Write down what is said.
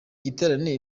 giterane